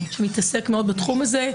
מתעסק מאוד בתחום הזה,